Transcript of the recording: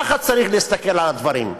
ככה צריך להסתכל על הדברים.